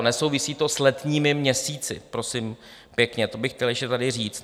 Nesouvisí to s letními měsíci, prosím pěkně, to bych chtěl ještě tady říct.